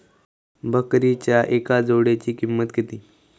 बकरीच्या एका जोडयेची किंमत किती?